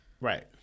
right